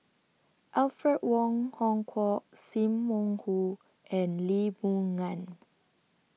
Alfred Wong Hong Kwok SIM Wong Hoo and Lee Boon Ngan